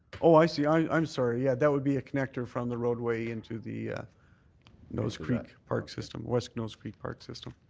ah i see, i'm sorry, yeah, that would be a connector from the roadway into the nose creek park system, west nose creek park system.